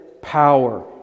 power